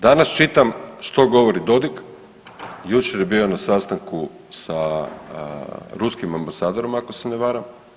Danas čitam što govori Dodik, jučer je bio na sastanku sa ruskim ambasadorima ako se ne varam.